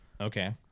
Okay